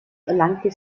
erlangte